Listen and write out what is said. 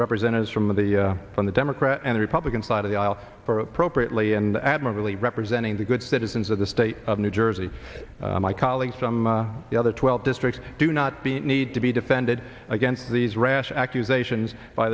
representatives from the from the democrat and republican side of the aisle for appropriately and admirably representing the good citizens of the state of new jersey my colleagues from the other twelve district do not the need to be defended against these rash accusations by